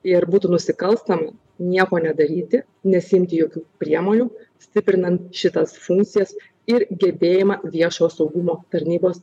ir būtų nusikalstama nieko nedaryti nesiimti jokių priemonių stiprinant šitas funkcijas ir gebėjimą viešo saugumo tarnybos